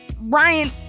Ryan